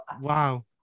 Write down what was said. wow